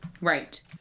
Right